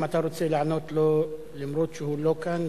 אם אתה רוצה לענות לו למרות שהוא לא כאן,